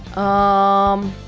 um.